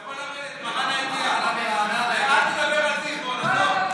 אתה יכול לרדת, אל תדבר על זיכרון, עזוב,